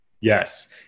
Yes